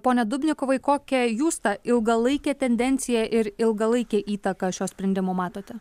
pone dubnikovai kokią jūs tą ilgalaikę tendenciją ir ilgalaikę įtaką šio sprendimo matote